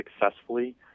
successfully